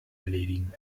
erledigen